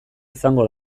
izango